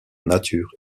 nature